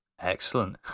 Excellent